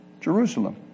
Jerusalem